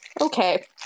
okay